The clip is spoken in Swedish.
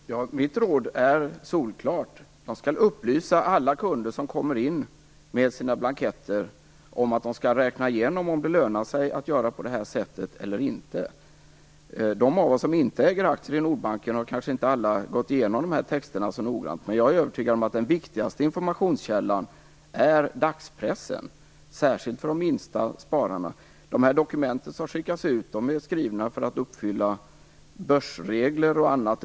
Fru talman! Mitt råd är solklart. Banken skall upplysa alla kunder som kommer in med sina blanketter att de skall räkna igenom om det lönar sig att göra på detta sätt eller inte. De av oss som inte äger aktier i Nordbanken har kanske inte alla gått igenom dessa texter så noggrant. Men jag är övertygad om att den viktigaste informationskällan är dagspressen, särskilt för de sparare som har de minsta posterna. De dokument som har skickats ut är skrivna för att uppfylla börsregler och annat.